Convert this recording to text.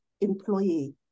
employee